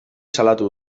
salatu